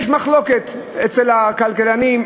יש מחלוקת אצל הכלכלנים,